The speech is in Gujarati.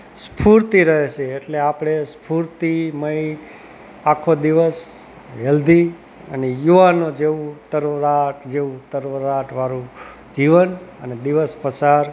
સ્ફૂર્તિ રહે છે એટલે આપણે સ્ફૂર્તિ મય આખો દિવસ હેલ્દી અને યુવાનો જેવો તરવરાટ જેવુ તરવરાંટ વારુ જીવન અને દિવસ પસાર